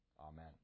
Amen